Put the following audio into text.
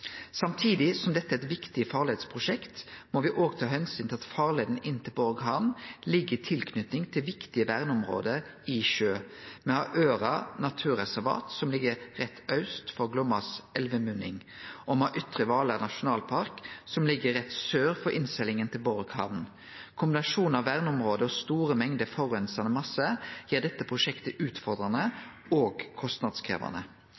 Samtidig som dette er eit viktig farleisprosjekt, må me òg ta omsyn til at farleia inn til Borg hamn ligg i tilknyting til viktige verneområde i sjø. Me har Øra naturreservat, som ligg rett aust for Glommas elvemunning, og me har Ytre Hvaler nasjonalpark, som ligg rett sør for innseglinga til Borg hamn. Kombinasjonen av verneområde og store mengder forureinande massar gjer dette prosjektet